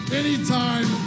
anytime